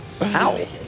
Ow